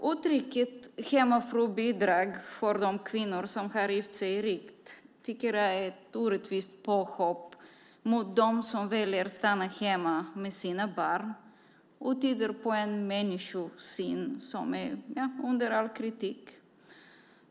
Uttrycket "hemmafrubidrag" till de kvinnor som gift sig rikt är, tycker jag, ett orättvist påhopp på dem som väljer att stanna hemma med sina barn. Det tyder på en människosyn som är under all kritik.